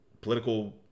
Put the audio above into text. political